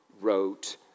wrote